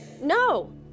No